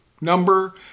number